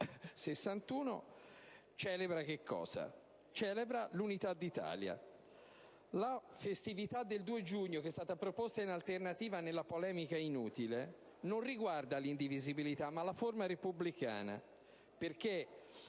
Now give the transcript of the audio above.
e celebra l'Unità d'Italia. La festività del 2 giugno, proposta in alternativa nella polemica inutile, non riguarda l'indivisibilità, ma la forma repubblicana, perché